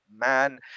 man